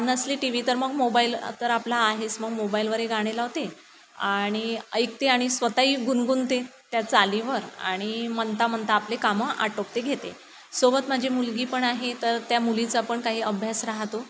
नसली TV तर मग मोबाईल तर आपला आहेच मग मोबाईलवरही गाणे लावते आणि ऐकते आणि स्वतःही गुणगुणते त्या चालीवर आणि म्हणता म्हणता आपले कामं आटोपते घेते सोबत माझी मुलगी पण आहे तर त्या मुलीचा पण काही अभ्यास राहतो